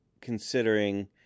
Considering